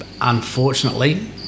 Unfortunately